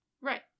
Right